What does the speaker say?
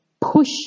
push